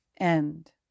end